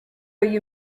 you